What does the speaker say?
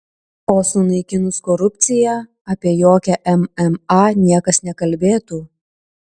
o sunaikinus korupciją apie jokią mma niekas nekalbėtų